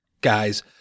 guys